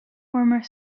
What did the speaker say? former